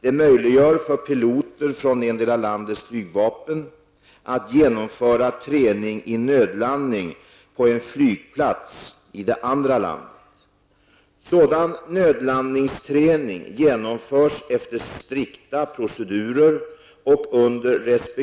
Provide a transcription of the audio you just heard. Det möjliggör för piloter från endera landets flygvapen att genomföra träning i nödlandning på en flygplats i det andra landet. Sådan nödlandningsträning genomförs efter strikta procedurer och under resp.